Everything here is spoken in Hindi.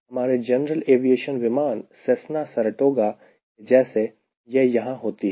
हमारे जनरल एवियशन विमान Cessna Saratoga के जैसे यह यहां होती है